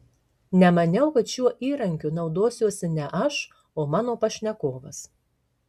nemaniau kad šiuo įrankiu naudosiuosi ne aš o mano pašnekovas